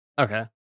Okay